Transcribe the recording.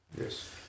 Yes